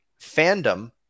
fandom